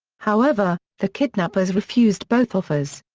however, the kidnappers refused both offers.